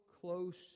close